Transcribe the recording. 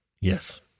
Yes